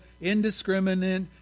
Indiscriminate